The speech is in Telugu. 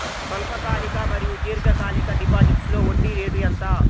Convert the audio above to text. స్వల్పకాలిక మరియు దీర్ఘకాలిక డిపోజిట్స్లో వడ్డీ రేటు ఎంత?